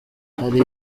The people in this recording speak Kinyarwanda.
hari